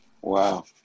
Wow